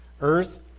earth